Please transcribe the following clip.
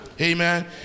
Amen